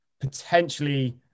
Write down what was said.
potentially